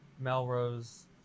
Melrose